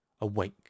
awake